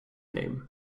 name